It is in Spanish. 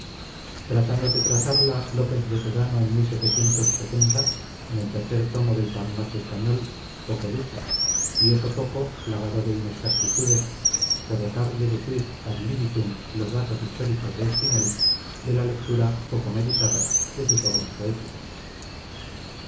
tratando de trazarla lópez de sedano en en el tercer tomo del parnaso español poco dijo y eso poco plagado de inexactitudes por osar deducir ad libitum los datos históricos de espinel de la lectura poco meditada de sus obras poéticas